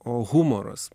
o humoras